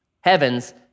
heavens